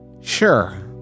Sure